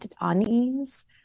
unease